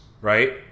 right